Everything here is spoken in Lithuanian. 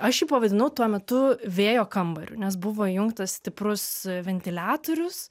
aš jį pavadinau tuo metu vėjo kambariu nes buvo įjungtas stiprus ventiliatorius